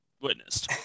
witnessed